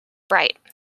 bright